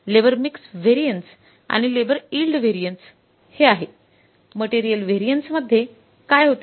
labour mix variant आणि labour yield variance हे आहे मटेरियल व्हॅरियन्स मध्ये काय होते